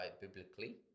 biblically